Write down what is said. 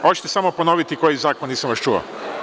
Hoćete li samo ponoviti koji je zakon, nisam vas čuo?